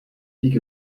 big